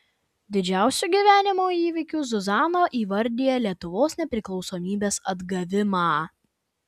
didžiausiu gyvenimo įvykiu zuzana įvardija lietuvos nepriklausomybės atgavimą